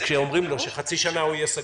שאומרים לו שחצי שנה הוא יהיה סגור.